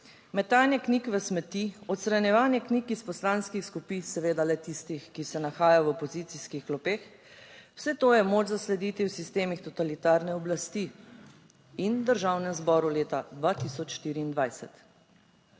metanje knjig v smeti, odstranjevanje knjig iz poslanskih skupin, seveda le tistih, ki se nahajajo v opozicijskih klopeh, vse to je moč zaslediti v sistemih totalitarne oblasti in v Državnem zboru leta 2024.